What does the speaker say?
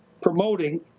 promoting